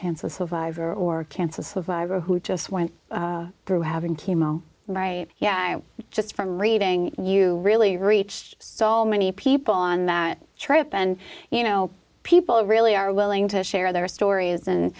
cancer survivor or cancer survivor who just went through having chemo right yeah just from reading you really reach so many people on that trip and you know people really are willing to share their stories and